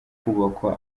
kubakwa